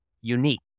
unique